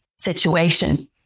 situation